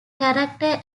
character